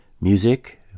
Music